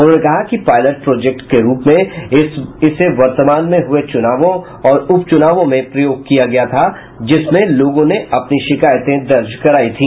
उन्होंने कहा कि पायलट प्रोजेक्ट रूप में इसे वर्तमान में हुये चुनावों और उपचुनावों में प्रयोग किया गया था जिसमें लोगों ने अपनी शिकायतें दर्ज करायी थी